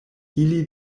ili